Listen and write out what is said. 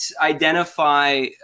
identify